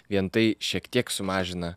vien tai šiek tiek sumažina